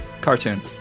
cartoon